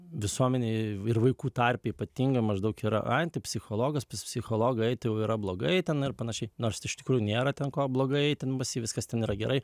visuomenėj ir vaikų tarpe ypatingai maždaug yra ai tai psichologas pas psichologą eiti jau yra blogai ten ir panašiai nors iš tikrųjų nėra ten ko blogai ten pas jį viskas ten yra gerai